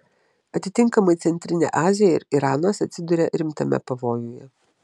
atitinkamai centrinė azija ir iranas atsiduria rimtame pavojuje